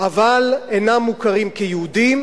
אבל אינם מוכרים כיהודים.